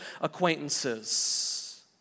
acquaintances